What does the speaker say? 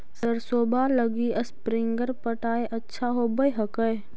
सरसोबा लगी स्प्रिंगर पटाय अच्छा होबै हकैय?